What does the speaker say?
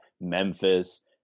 Memphis